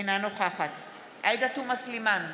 אינה נוכחת עאידה תומא סלימאן,